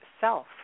self